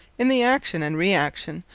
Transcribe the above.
in the action, and re-action,